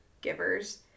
givers